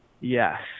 Yes